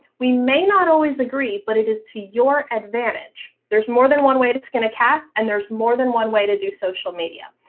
we may not always agree, but it is to your advantage. there's more than one way to skin a cat, and there's more than one way to do social media.